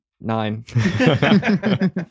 Nine